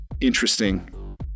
interesting